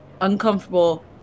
uncomfortable